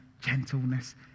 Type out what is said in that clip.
gentleness